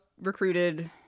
recruited